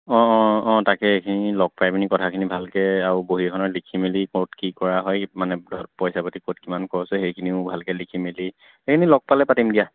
অঁ অঁ অঁ তাকে এইখিনি লগ পাই পিনি কথাখিনি ভালকৈ আৰু বহী এখনত লিখি মেলি ক'ত কি কৰা হয় মানে ধৰা পইচা পাতি ক'ত কিমান খৰচ হয় সেইখিনিও ভালকৈ লিখি মেলি সেইখিনি লগ পালে পাতিম দিয়া